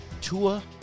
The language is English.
Tua